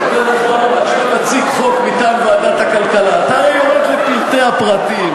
כשאתה מציג חוק מטעם ועדת הכלכלה אתה הרי יורד לפרטי הפרטים,